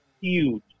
huge